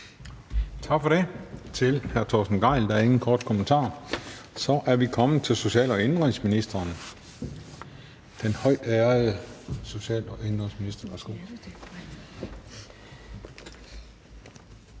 Tak for det til hr. Torsten Gejl. Der er ingen korte bemærkninger. Så er vi kommet til social- og indenrigsministeren, den højtærede social- og indenrigsminister.